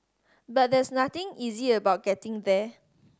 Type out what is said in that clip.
but there's nothing easy about getting there